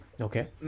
Okay